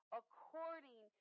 according